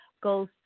goes